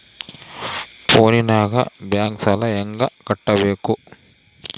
ಫೋನಿನಾಗ ಬ್ಯಾಂಕ್ ಸಾಲ ಹೆಂಗ ಕಟ್ಟಬೇಕು?